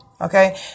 Okay